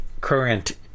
current